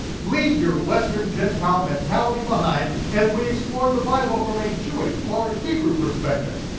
leave your western gentile mentality behind as we explore the bible from a jewish, or hebrew perspective.